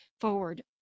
forward